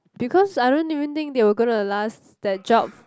because I don't even think they were gonna last that job